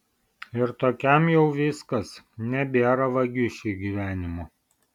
ir tokiam jau viskas nebėra vagišiui gyvenimo